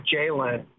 Jalen